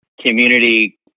community